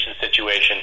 situation